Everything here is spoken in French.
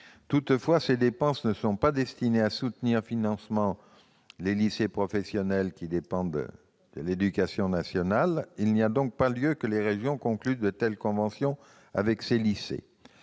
Toutefois, ces dépenses ne sont pas destinées à soutenir financièrement les lycées professionnels, qui dépendent du ministère de l'éducation nationale. Il n'y a donc pas lieu que les régions concluent de telles conventions avec ces lycées.